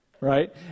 Right